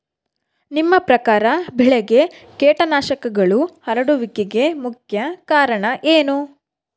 ನಿಮ್ಮ ಪ್ರಕಾರ ಬೆಳೆಗೆ ಕೇಟನಾಶಕಗಳು ಹರಡುವಿಕೆಗೆ ಮುಖ್ಯ ಕಾರಣ ಏನು?